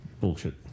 bullshit